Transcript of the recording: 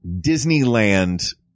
Disneyland